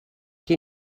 qui